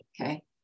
Okay